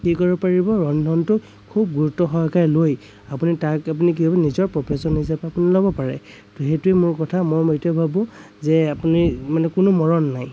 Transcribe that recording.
কি কৰিব পাৰিব ৰন্ধনটো খুব গুৰুত্ব সহকাৰে লৈ আপুনি তাক আপুনি কি হব নিজৰ প্ৰফেচন হিচাপে আপুনি ল'ব পাৰে ত' সেইটোৱে মূল কথা মই এতিয়া ভাবো যে আপুনি মানে কোনো মৰণ নাই